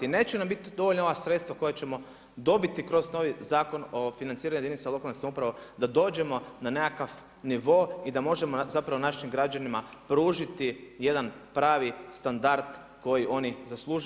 Neće nam biti dovoljno ova sredstva koja ćemo dobiti kroz novi zakon o financiranju jedinica lokalne samouprave da dođemo na nekakav nivo i da možemo zapravo našim građanima pružiti jedan pravi standard koji oni zaslužuju.